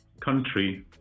country